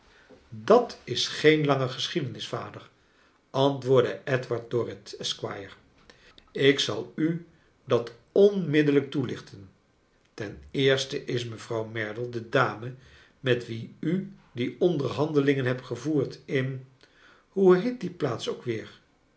dat is geen lange geschiedenis vader antwoordde edward dorrit esquire ik zal u dat onmiddellijk toelichten ten eerste is mevrouw merdle de dame met wie u die onderhandeling hebt gevoerd in hoe heet die plaats ook weer